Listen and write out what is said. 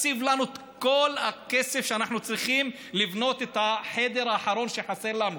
תקציב לנו את כל הכסף שאנחנו צריכים לבנות עד החדר האחרון שחסר לנו,